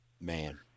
Man